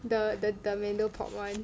the the the mando-pop one